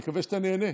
אני מקווה שאתה נהנה.